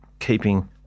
keeping